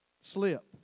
slip